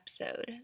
episode